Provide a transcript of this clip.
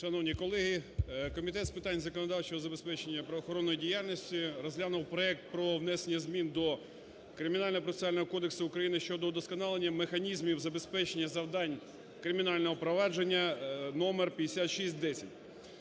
Шановні колеги, Комітет з питань законодавчого забезпечення правоохоронної діяльності розглянув проект про внесення змін до Кримінального процесуального кодексу України (щодо удосконалення механізмів забезпечення завдань кримінального провадження) (номер 5610).